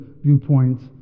viewpoints